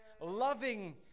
Loving